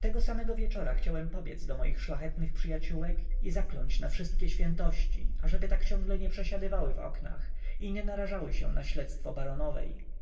tego samego wieczora chciałem pobiedz do moich szlachetnych przyjaciółek i zakląć na wszystkie świętości ażeby tak ciągle nie przesiadywały w oknach i nie narażały się na śledztwo